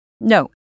no